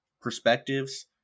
perspectives